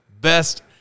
best